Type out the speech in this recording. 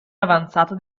avanzata